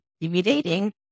intimidating